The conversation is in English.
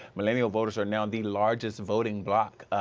millennial voters are now the largest voting bloc,